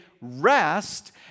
rest